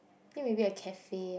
think maybe a cafe ah